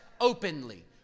openly